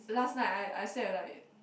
last night I I slept at like